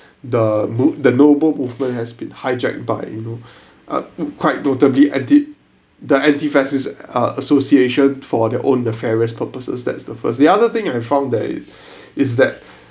the nob~ the noble movement has been hijacked by you know uh quite notably anti the anti-fascist uh association for their own nefarious purposes that's the first the other thing I found that is that